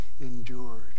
endured